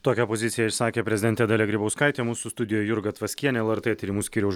tokią poziciją išsakė prezidentė dalia grybauskaitė mūsų studijoje jurga tvaskienė lrt tyrimų skyriaus